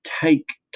take